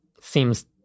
seems